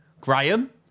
Graham